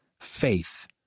faith